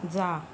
जा